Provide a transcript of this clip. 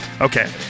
Okay